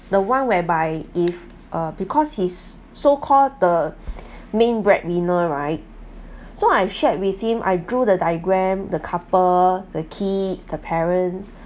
the one whereby if uh because he's so called the main breadwinner right so I shared with him I drew the diagram the couple the key the parents